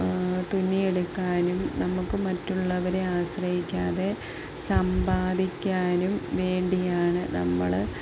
തുന്നിയെടുക്കാനും നമുക്ക് മറ്റുള്ളവരെ ആശ്രയിക്കാതെ സമ്പാദിക്കാനും വേണ്ടിയാണ് നമ്മള്